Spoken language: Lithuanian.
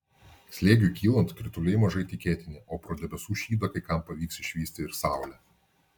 slėgiui kylant krituliai mažai tikėtini o pro debesų šydą kai kam pavyks išvysti ir saulę